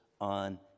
on